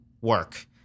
work